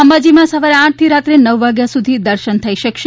અંબાજીમાં સવારે આઠથી રાત્રે નવ વાગ્યા સુધી દર્શન થઈ શકશે